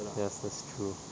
yes that's true